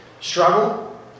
struggle